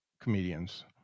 comedians